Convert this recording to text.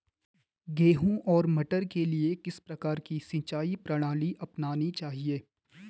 गेहूँ और मटर के लिए किस प्रकार की सिंचाई प्रणाली अपनानी चाहिये?